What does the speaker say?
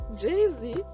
jay-z